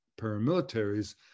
paramilitaries